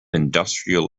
industrial